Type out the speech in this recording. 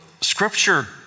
scripture